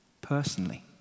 personally